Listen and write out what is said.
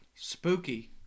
Spooky